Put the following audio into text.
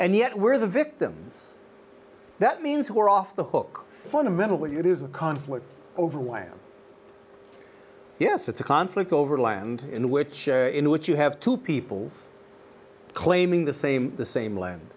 and yet we're the victims that means we're off the hook fundamental but it is a conflict over where yes it's a conflict over land in which in which you have two peoples claiming the same the same land